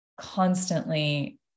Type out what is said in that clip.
constantly